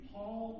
Paul